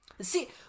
see